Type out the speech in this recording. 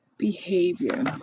Behavior